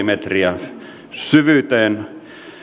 metrin syvyyteen